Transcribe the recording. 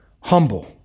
humble